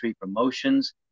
Promotions